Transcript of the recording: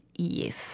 Yes